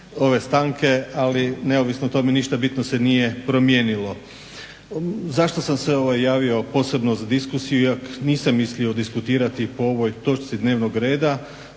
prije stanke ali neovisno o tome ništa bitno se nije promijenilo. Zašto sam se ovo javio posebno za diskusiju posebno za diskusiju iako nisam mislio diskutirati po ovoj točci dnevnog reda